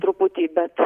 truputį bet